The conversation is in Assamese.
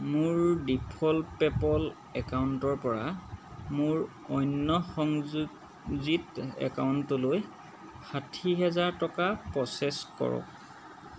মোৰ ডিফ'ল্ট পে'পল একাউণ্টৰ পৰা মোৰ অন্য সংযোজিত একাউণ্টলৈ ষাঠী হেজাৰ টকা প্ৰচেছ কৰক